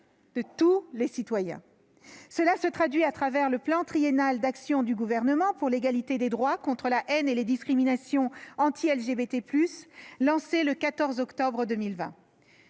de tous les citoyens. Cela se traduit dans le plan triennal d'actions du Gouvernement pour l'égalité des droits, contre la haine et les discriminations anti-LGBT+ lancé le 14 octobre 2020.